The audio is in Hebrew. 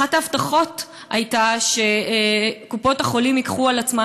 אחת ההבטחות הייתה שקופות-החולים ייקחו על עצמן